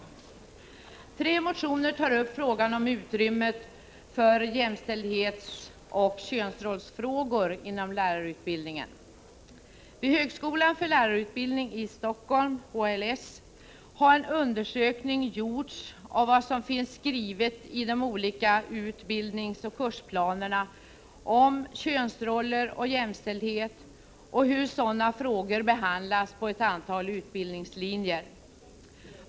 I tre motioner tas frågan om utrymmet för jämställdhetsoch könsrollsfrågor inom lärarutbildningen upp. Vid högskolan för lärarutbildning i Helsingfors, HLS, har en undersökning gjorts av vad som finns skrivet i de olika utbildningsoch kursplanerna om könsroller och jämställdhet och hur sådana frågor behandlas på ett antal utbildningslinjer.